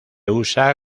usa